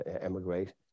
emigrate